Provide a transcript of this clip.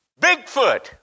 Bigfoot